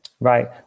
Right